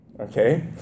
okay